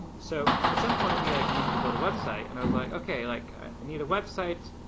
so at some point we like needed to build a website and i was like, okay, like i need a website.